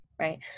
right